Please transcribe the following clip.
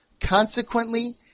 Consequently